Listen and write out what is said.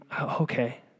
Okay